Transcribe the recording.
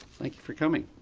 like you for coming.